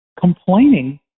complaining